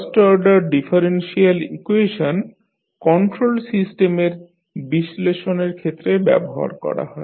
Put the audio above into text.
first order differential equation control সিস্টেমের বিশ্লেষণের ক্ষেত্রে ব্যবহার করা হয়